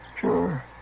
Sure